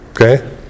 Okay